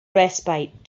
respite